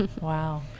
Wow